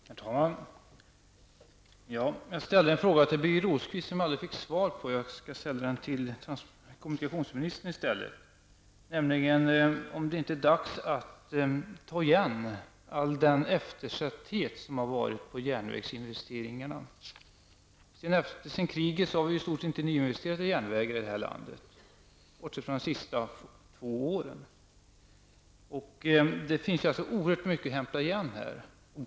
Herr talman! Jag ställde en fråga till Birger Rosqvist som jag aldrig fick svar på. Jag skall ställa den till kommunikationsministern i stället. Är det nu inte dags att ta igen all eftersatthet på järnvägsinvesteringarnas område? Sedan kriget har vi i stort sett inte nyinvesterat i järnvägar i det här landet, bortsett från de senaste två åren. Det finns oerhört mycket att hämta igen.